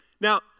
Now